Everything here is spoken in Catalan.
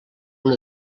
una